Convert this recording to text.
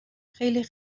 خیلی